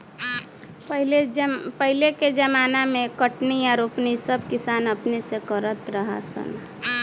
पहिले के ज़माना मे कटनी आ रोपनी सब किसान अपने से करत रहा सन